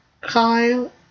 Kyle